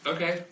Okay